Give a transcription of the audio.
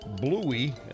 Bluey